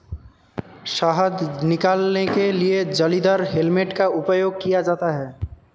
शहद निकालने के लिए जालीदार हेलमेट का उपयोग किया जाता है